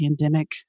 pandemic